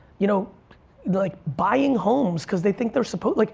you know like buying homes because they think they're supposed like